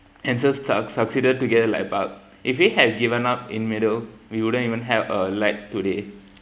and suc~ succeeded to get a light bulb if he had given up in middle we wouldn't even have a light today